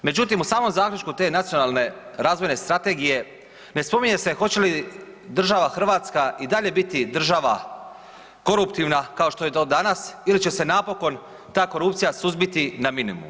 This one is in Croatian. Međutim, u samom zaključku te Nacionalne razvojne strategije ne spominje se hoće li država Hrvatska i dalje biti država koruptivna kao što je to danas ili će se napokon ta korupcija suzbiti na minimum.